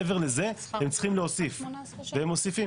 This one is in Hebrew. מעבר לזה הם צריכים להוסיף והם מוסיפים.